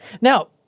Now